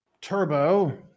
Turbo